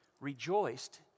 rejoiced